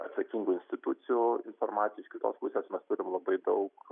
atsakingų institucijų informaciją iš kitos pusės mes turim labai daug